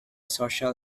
social